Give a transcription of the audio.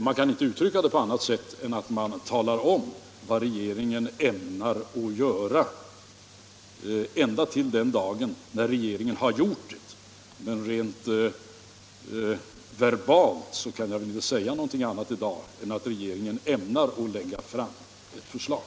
Man kan inte uttrycka det på annat sätt än att tala om vad regeringen ämnar göra — alltså fram till den dag då regeringen verkligen har gjort det. Rent verbalt kan jag alltså i dag inte säga annat än att regeringen ämnar lägga fram ett förslag.